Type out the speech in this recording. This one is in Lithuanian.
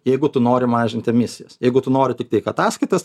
jeigu tu nori mažint emisijas jeigu tu nori tiktai ataskaitas